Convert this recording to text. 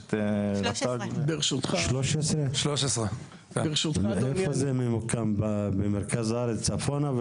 13. איפה זה ממוקם, במרכז הארץ-צפונה?